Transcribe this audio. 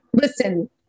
listen